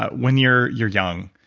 when you're you're young